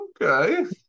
Okay